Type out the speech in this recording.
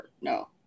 No